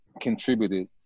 contributed